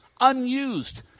unused